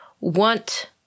want